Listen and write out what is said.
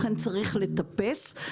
לכן צריך לטפס.